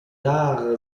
dares